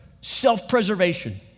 Self-preservation